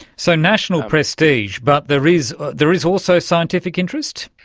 so national prestige, but there is there is also scientific interest?